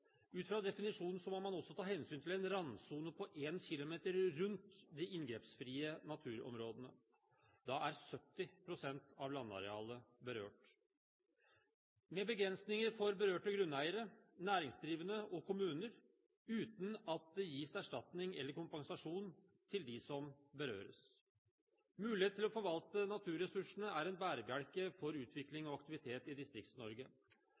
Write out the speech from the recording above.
Ut fra definisjonen må man også ta hensyn til en randsone på 1 km rundt de inngrepsfrie naturområdene. Da er 70 pst. av landarealet berørt – med begrensninger for berørte grunneiere, næringsdrivende og kommuner, uten at det gis erstatning eller kompensasjon til dem som berøres. Muligheten til å forvalte naturressursene er en bærebjelke for utvikling og aktivitet i